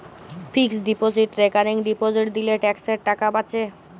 fixed deposit recurring deposit দিলে ট্যাক্সের টাকা বাঁচে